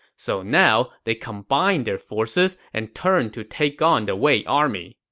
so now, they combined their forces and turned to take on the wei army.